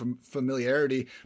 familiarity